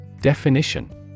Definition